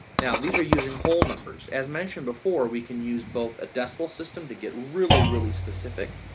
now, these are using whole numbers. as mentioned before, we can use both a decimal system to get really, really specific.